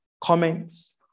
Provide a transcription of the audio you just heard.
comments